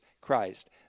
Christ